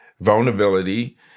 vulnerability